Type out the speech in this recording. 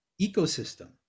ecosystem